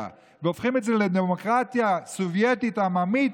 והופכים את זה לדמוקרטיה סובייטית עממית,